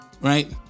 right